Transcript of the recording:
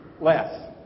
less